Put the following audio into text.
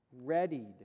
readied